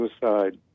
suicide